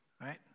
right